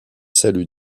saluent